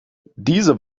diese